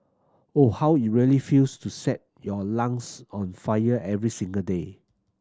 or how it really feels to set your lungs on fire every single day